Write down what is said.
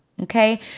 Okay